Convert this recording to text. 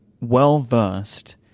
well-versed